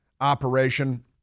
operation